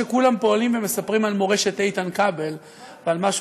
תאמין לי.